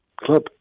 club